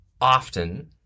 often